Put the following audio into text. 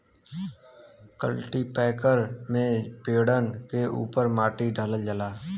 cultipacker से पेड़न के उपर माटी डालल जाला